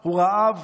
הוא רעב